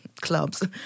clubs